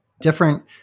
different